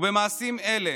ובמעשים אלה